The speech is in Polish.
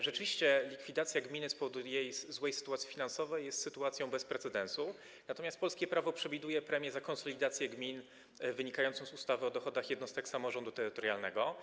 Rzeczywiście likwidacja gminy z powodu jej złej sytuacji finansowej jest sytuacją bez precedensu, natomiast polskie prawo przewiduje premię za konsolidację gmin, wynikającą z ustawy o dochodach jednostek samorządu terytorialnego.